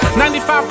95%